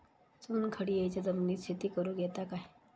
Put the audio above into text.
चुनखडीयेच्या जमिनीत शेती करुक येता काय?